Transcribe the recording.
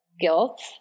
Guilt